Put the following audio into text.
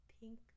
pink